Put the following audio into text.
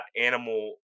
animal